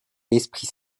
l’esprit